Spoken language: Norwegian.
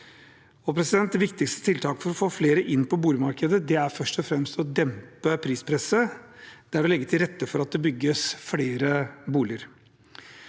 Det viktigste tiltaket for å få flere inn på boligmarkedet og for å dempe prispresset er først og fremst å legge til rette for at det bygges flere boliger.